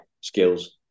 skills